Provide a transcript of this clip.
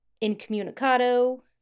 incommunicado